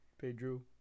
Pedro